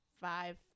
five